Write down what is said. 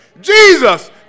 Jesus